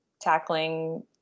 tackling